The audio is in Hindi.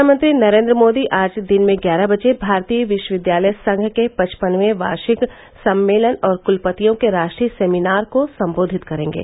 प्रधानमंत्री नरेन्द्र मोदी आज दिन में ग्यारह बजे भारतीय विश्वविद्यालय संघ के पन्वपनबवें वार्षिक सम्मेलन और कुलपतियों के राष्ट्रीय सेमीनार को सम्बोधित करेंगे